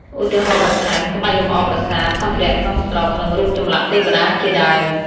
ឧទាហរណ៍បន្ថែម ក្បាច់លម្អប្រាសាទ សម្ភារៈក្នុងស្រុក និងរូបចម្លាក់ទេវតាជាដើម។